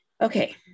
okay